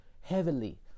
heavily